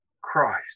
Christ